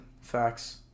Facts